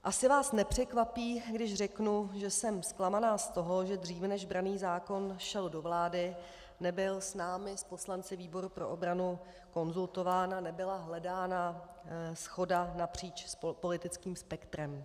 Asi vás nepřekvapí, když řeknu, že jsem zklamaná z toho, že dříve, než branný zákon šel do vlády, nebyl s námi, s poslanci výboru pro obranu, konzultován a nebyla hledána shoda napříč politickým spektrem.